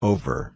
Over